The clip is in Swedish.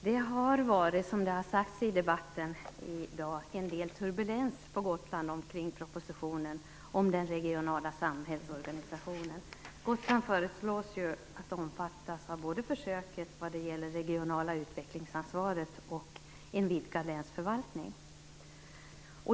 Fru talman! Precis som det har sagts i debatten i dag har det varit en del turbulens på Gotland omkring propositionen om den regionala samhällsorganisationen. Gotland föreslås ju omfattas av försök vad gäller både det regionala utvecklingsansvaret och en vidgad länsförvaltning.